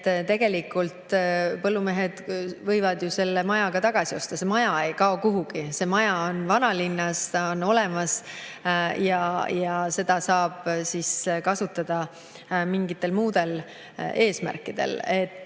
et tegelikult põllumehed võivad ju selle maja ka tagasi osta. See maja ei kao kuhugi, see maja on vanalinnas, ta on olemas ja seda saab kasutada mingitel muudel eesmärkidel.